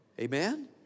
Amen